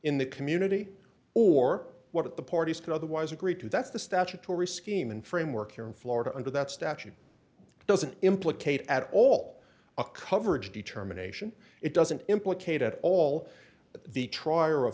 in the community or what the parties can otherwise agree to that's the statutory scheme and framework here in florida under that statute doesn't implicate at all a coverage determination it doesn't implicate at all the tr